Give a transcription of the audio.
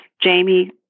Jamie